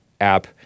app